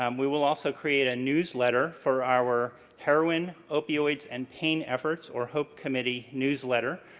um we will also create a newsletter for our heroine opioids and pain efforts, or hope committee newsletter.